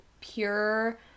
pure